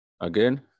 Again